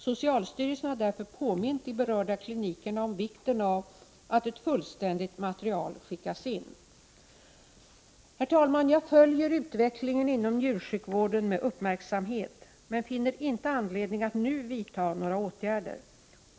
Socialstyrelsen har därför påmint de berörda klinikerna om vikten av att ett fullständigt material skickas in. Herr talman! Jag följer utvecklingen inom njursjukvården med uppmärksamhet men finner inte anledning att nu vidta några åtgärder.